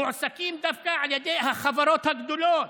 מועסקים דווקא על ידי החברות הגדולות,